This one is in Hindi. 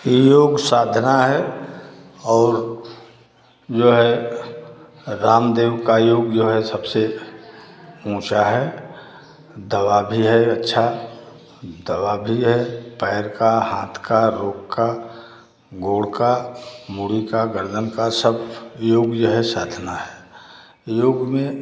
योग साधना है और जो है रामदेव का योग जो है सबसे ऊँचा है दवा भी है अच्छा दवा भी है पैर का हाथ का रोग का गोड़ का मूड़ी का गर्दन का सब योग जो है साधना है योग में